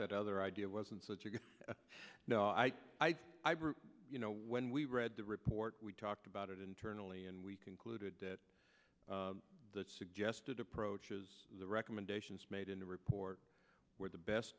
that other idea wasn't such a good no i you know when we read the report we talked about it internally and we concluded that the suggested approach is the recommendations made in a report where the best